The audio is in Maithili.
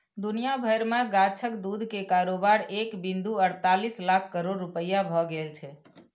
दुनिया भरि मे गाछक दूध के कारोबार एक बिंदु अड़तालीस लाख करोड़ रुपैया भए गेल छै